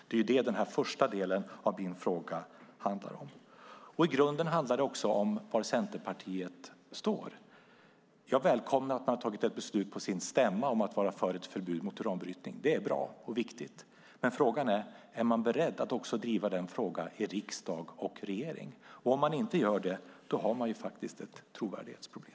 Det är det som den första delen av frågan handlar om. I grunden handlar det också om var Centerpartiet står. Jag välkomnar att man har tagit ett beslut på sin stämma om att vara för ett förbud mot uranbrytning. Det är bra och viktigt. Men frågan är: Är man beredd att också driva den frågan i riksdagen och regeringen? Om man inte gör det har man faktiskt ett trovärdighetsproblem.